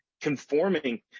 conforming